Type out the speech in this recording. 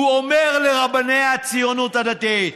הוא אומר לרבני הציונות הדתית.